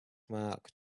mark